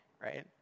right